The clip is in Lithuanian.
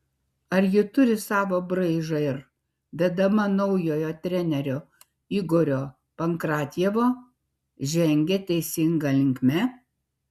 ar ji turi savo braižą ir vedama naujojo trenerio igorio pankratjevo žengia teisinga linkme